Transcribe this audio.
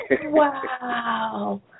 Wow